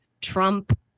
Trump